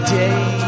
day